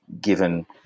given